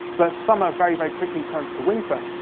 but summer very, very quickly turns to winter,